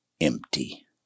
empty